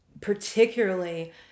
particularly